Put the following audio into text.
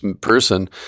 person